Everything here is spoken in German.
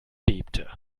bebte